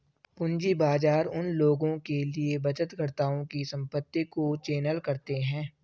पूंजी बाजार उन लोगों के लिए बचतकर्ताओं की संपत्ति को चैनल करते हैं